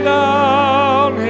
down